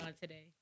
today